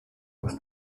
was